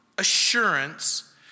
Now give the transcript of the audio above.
Assurance